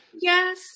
Yes